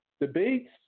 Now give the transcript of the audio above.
Debates